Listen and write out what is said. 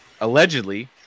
allegedly